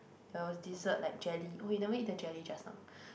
there was dessert like jelly oh you never eat the jelly just now